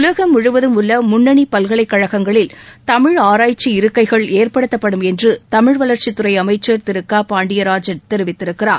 உலகம் முழுவதும் உள்ள முன்னணி பல்கலைக் கழகங்களில் தமிழ் ஆராய்ச்சி இருக்கைகள் ஏற்படுத்தப்படும் என்று தமிழ் வளர்ச்சித் துறை அமைச்சர் திரு க பாண்டியராஜன் தெரிவித்திருக்கிறார்